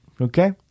Okay